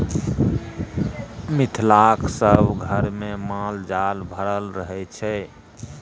मिथिलाक सभ घरमे माल जाल भरल रहय छै